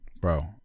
bro